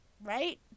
right